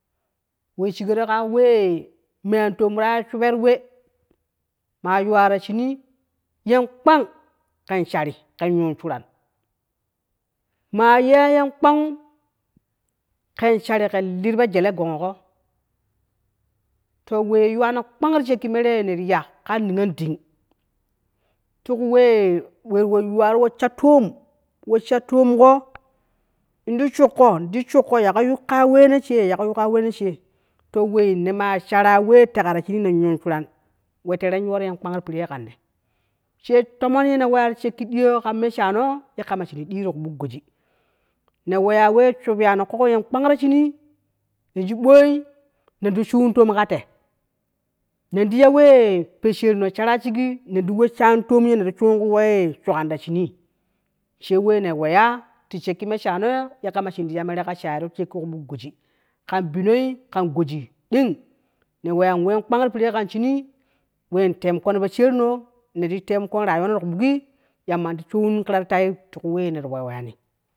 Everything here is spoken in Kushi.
Wee shéé koro ka wee me an to ta ye shebe wee ma yuwa ta shene yen kpang kon shere kan yu sheren ma yen kpang yu kan sherin kan lin ti fo je lee gek. To wée ye yúú wee non kpang ti sheke ki mere ni ti ya kan niyon den ti ku wee yu waro wee shan to ko in ti shan, ko ye ko yu kan weno sháá te ne ma shara wee ta ka ti shine nan ye sharan wee te ran yu ro we kpang ti pene kan ne te tomon ye ne wee ya te shan ki din yono ti sha ke me sha no ye kama shun din ti ku buk goji ne wee sháu ye no kogo yen kpang tee shine yen ju mo nan ti sháú toé ka tee nan ti ya wee fo sheno shara shige nan ti wee shato nan ti wee ku wee shaka no ta shine shen wee ne we ya ti shan ki me shano ye kama shin ti ya mere ka shayi ti shaki ku buk goji kan bwon kan goji din ne we ya wee kpang ti perera kan shene wee te mu ko no fo sheno ne ti tee temon ko rayu wano ti ku bukgi yamma ti she wee kira ti tee ti ku wee ne ti ku wee ya ni